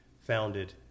founded